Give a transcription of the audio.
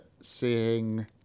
seeing